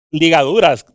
ligaduras